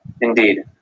Indeed